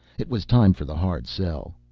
it was time for the hard sell.